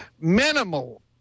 minimal